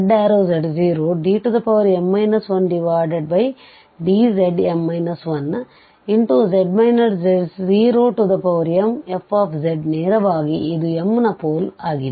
z→z0dm 1dzm 1z z0mfz ನೇರವಾಗಿ ಇದು mನ ಪೋಲ್ ಆಗಿದೆ